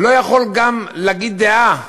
לא יכול גם להגיד דעה,